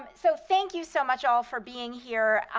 um so thank you so much, all, for being here.